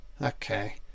Okay